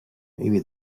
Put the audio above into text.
maybe